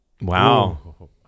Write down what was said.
Wow